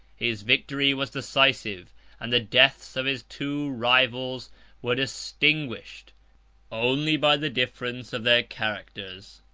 his victory was decisive and the deaths of his two rivals were distinguished only by the difference of their characters.